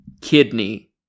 kidney